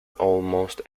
almost